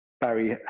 Barry